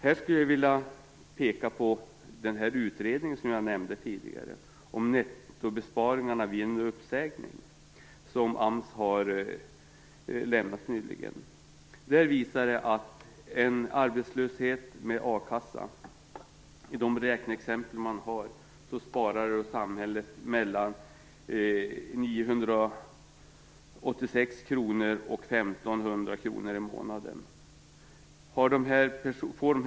Här skulle jag vilja hänvisa till den utredning som jag nämnde tidigare och som AMS nyligen har gjort om nettobesparingarna vid en uppsägning. Räkneexemplen i utredningen visar att samhället sparar 986 1 500 kr i månaden vid arbetslöshet med akasseersättning.